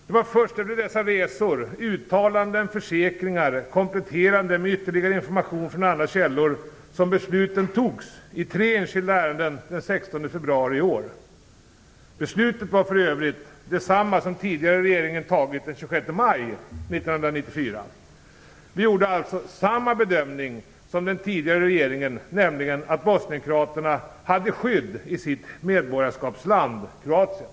Det var först efter dessa resor, uttalanden och försäkringar kompletterade med ytterligare information från andra källor som besluten fattades i tre enskilda ärenden den 16 februari i år. Beslutet var för övrigt detsamma som den tidigare regeringen fattade den 26 maj 1994. Vi gjorde alltså samma bedömning som den tidigare regeringen, nämligen att bosnienkroaterna hade skydd i sitt medborgarskapsland Kroatien.